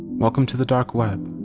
welcome to the dark web,